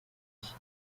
iki